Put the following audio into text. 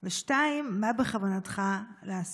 3. מה בכוונתך לעשות?